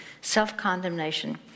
self-condemnation